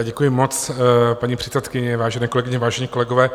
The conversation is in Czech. Děkuji moc, paní předsedkyně, vážené kolegyně, vážení kolegové.